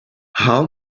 how